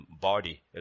body